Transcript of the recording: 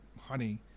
honey